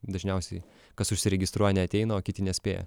dažniausiai kas užsiregistruoja neateina o kiti nespėja